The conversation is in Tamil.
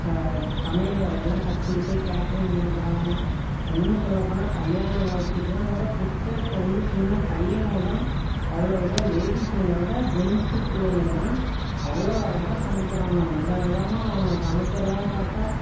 சா சமையல் வேலையெல்லாம் கற்றுக்கிட்டு கேட்ரிங்க் பண்ணுறானுவோ இன்னும் சொல்லப் போனால் கல்யாணம் காட்சிக்கெல்லாம்கூட குக்கே இப்போ வந்து சின்ன பையனுவோதான் அவ்வளோ இதாக லேடீஸ்ங்களோடு ஜென்ட்ஸ் பிள்ளைங்கதான் அவ்வளோ அழகாக சமைக்கிறாங்க விதவிதமாக அவனுக சமைக்கிறதெல்லாம் பார்த்தா